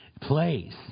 place